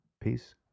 Peace